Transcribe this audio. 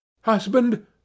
Husband